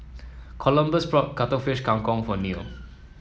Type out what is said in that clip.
Columbus brought Cuttlefish Kang Kong for Neil